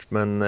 Men